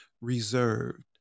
reserved